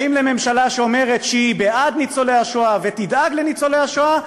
האם לממשלה שאומרת שהיא בעד ניצולי השואה ותדאג לניצולי השואה,